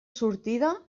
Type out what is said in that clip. sortida